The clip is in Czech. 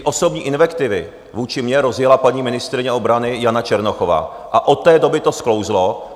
Osobní invektivy vůči mně rozjela paní ministryně obrany Jana Černochová, od té doby to sklouzlo.